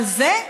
אבל זה?